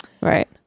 Right